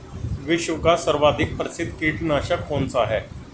विश्व का सर्वाधिक प्रसिद्ध कीटनाशक कौन सा है?